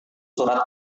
surat